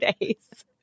days